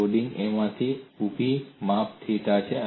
loading એ આમાંથી ઊભી માપ થિટા છે